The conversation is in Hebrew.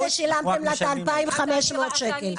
החודש שילמתם לה את ה-2,500 שקל.